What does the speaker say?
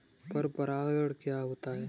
पर परागण क्या होता है?